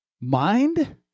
mind